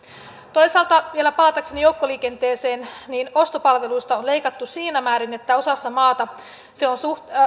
toisaalta vielä palatakseni joukkoliikenteeseen ostopalveluista on leikattu siinä määrin että osassa maata se on